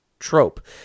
Trope